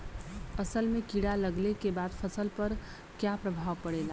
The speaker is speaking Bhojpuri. असल में कीड़ा लगने के बाद फसल पर क्या प्रभाव पड़ेगा?